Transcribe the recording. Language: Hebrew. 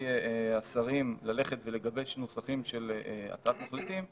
השרים ללכת ולגבש נוסחים של הצעת מחליטים,